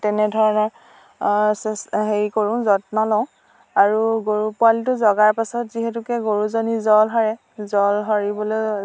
তেনেধৰণে চেচ্ হেৰি কৰোঁ যত্ন লওঁ আৰু গৰু পোৱালীটো জগাৰ পাছত যিহেতুকে গৰুজনীৰ জল সৰে জল সৰিবলৈ